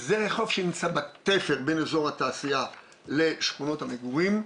זה רחוב שנמצא בתפר בין אזור התעשייה לשכונות המגורים,